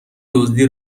دزدی